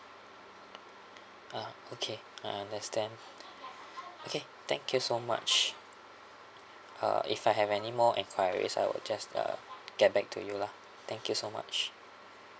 ah okay I understand okay thank you so much uh if I have any more enquiries I'll just uh get back to you lah thank you so much